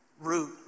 root